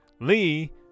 Lee